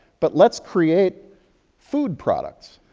but let's create food products